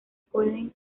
pueden